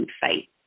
site